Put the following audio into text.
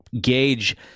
gauge